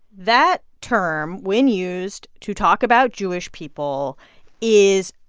that term when used to talk about jewish people is